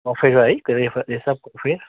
कफेर है रेफ रेसप कफेर